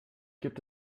gibt